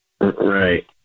Right